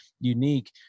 unique